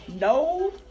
no